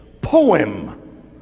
poem